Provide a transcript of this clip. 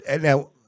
Now